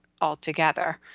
altogether